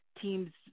teams